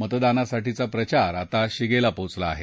मतदानासाठीचा प्रचार आता शिगेला पोहोचला आहे